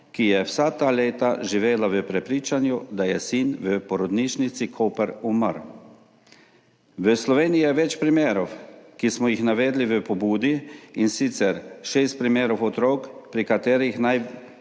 ki je vsa ta leta živela v prepričanju, da je sin v porodnišnici Koper umrl. V Sloveniji je več primerov, ki smo jih navedli v pobudi, in sicer šest primerov otrok, pri katerih naj